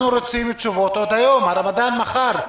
אנחנו רוצים תשובות עוד היום, הרמדאן מחר.